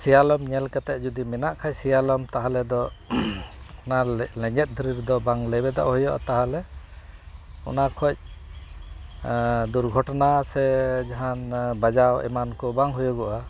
ᱥᱮᱭᱟᱞᱚᱢ ᱧᱮᱞ ᱠᱟᱛᱮ ᱡᱚᱫᱤ ᱢᱮᱱᱟᱜ ᱠᱷᱟᱡ ᱥᱮᱭᱟᱞᱚᱢ ᱛᱟᱦᱞᱮᱫᱚ ᱚᱱᱟ ᱞᱮᱸᱡᱮᱫ ᱫᱷᱤᱨᱤ ᱨᱮᱫᱚ ᱵᱟᱝ ᱞᱮᱵᱮᱫᱚᱜ ᱦᱩᱭᱩᱜᱼᱟ ᱛᱟᱦᱚᱞᱮ ᱚᱱᱟᱠᱷᱚᱡ ᱫᱩᱨᱜᱷᱚᱴᱚᱱᱟ ᱥᱮ ᱡᱟᱦᱟᱱ ᱵᱟᱡᱟᱣ ᱮᱢᱟᱱᱠᱚ ᱵᱟᱝ ᱦᱩᱭᱩᱜᱚᱜᱼᱟ